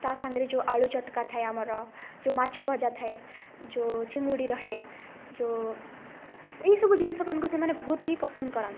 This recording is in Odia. ତା ସାଙ୍ଗେରେ ଯେଉଁ ଆଳୁ ଚଟକା ଥାଏ ଆମର ଯେଉଁ ମାଛ ଭଜା ଥାଏ ଯେଉଁ ଚିଙ୍ଗୁଡ଼ି ରହେ ଯେଉଁ ଏହି ସବୁ ଜିନିଷମାନଙ୍କୁ ସେମାନେ ବହୁତ ହି ପସନ୍ଦ କରନ୍ତି